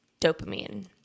dopamine